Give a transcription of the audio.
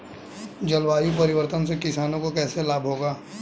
जलवायु परिवर्तन से किसानों को कैसे लाभ होगा?